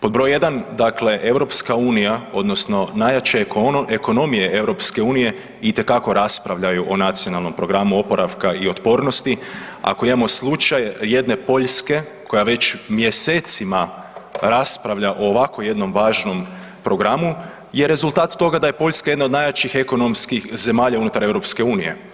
Pod broj 1, dakle EU odnosno najjače ekonomije EU itekako raspravljaju o Nacionalnom planu oporavka i otpornosti, ako imamo slučaj jedne Poljske koja već mjesecima raspravlja o ovako jednom važnom programu je rezultat toga da je Poljska jedna od najjačih ekonomskih zemalja unutar EU.